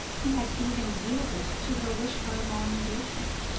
he had even yielded to her wish for a long engagement,